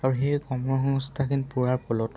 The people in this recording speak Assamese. আৰু সেই কামৰ সংস্থাখিনি পোৱাৰ ফলত